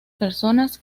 personas